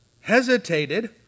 hesitated